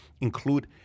include